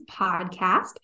podcast